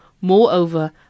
Moreover